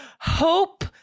hope